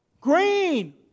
Green